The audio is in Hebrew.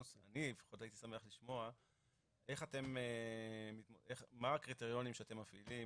לפחות הייתי שמח לשמוע מה הקריטריונים שאתם מפעילים